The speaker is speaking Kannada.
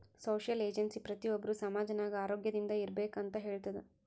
ಸೋಶಿಯಲ್ ಏಜೆನ್ಸಿ ಪ್ರತಿ ಒಬ್ಬರು ಸಮಾಜ ನಾಗ್ ಆರೋಗ್ಯದಿಂದ್ ಇರ್ಬೇಕ ಅಂತ್ ಹೇಳ್ತುದ್